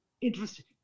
interesting